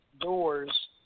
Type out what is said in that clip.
doors